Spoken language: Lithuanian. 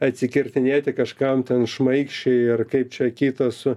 atsikirtinėti kažkam ten šmaikščiai ir kaip čia kita su